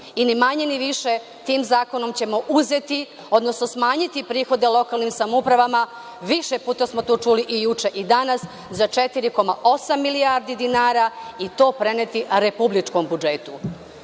ni manje ni više, tim zakonom ćemo uzeti, odnosno smanjiti prihode lokalnim samoupravama, više puta smo to čuli i juče i danas za 4,8% milijardi dinara i to preneti republičkom budžetu